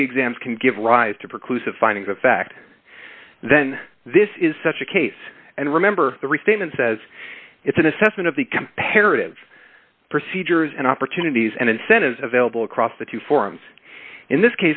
reexamined can give rise to preclude the findings of fact then this is such a case and remember the restatement says it's an assessment of the comparative procedures and opportunities and incentives available across the two forms in this